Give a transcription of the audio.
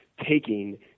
taking